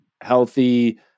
healthy